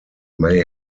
may